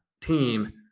team